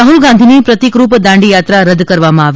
રાહ્લ ગાંધીની પ્રતિકરૂપ દાંડીયાત્રા રદ કરવામાં આવી